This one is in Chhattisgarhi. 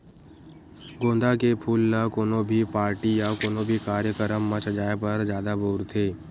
गोंदा के फूल ल कोनो भी पारटी या कोनो भी कार्यकरम म सजाय बर जादा बउरथे